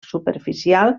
superficial